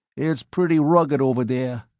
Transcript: it's pretty rugged over there.